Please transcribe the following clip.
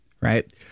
Right